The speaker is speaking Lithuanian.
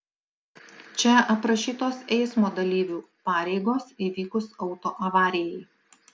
čia aprašytos eismo dalyvių pareigos įvykus autoavarijai